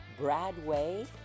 Bradway